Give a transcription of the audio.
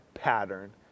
pattern